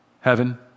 Heaven